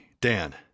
Dan